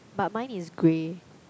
but mine is grey